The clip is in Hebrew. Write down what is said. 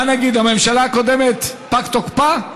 מה נגיד, שהממשלה הקודמת, פג תוקפה?